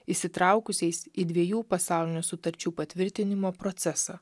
įsitraukusiais į dviejų pasaulinių sutarčių patvirtinimo procesą